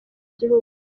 gihugu